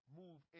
move